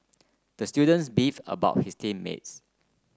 the students beef about his team mates